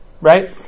right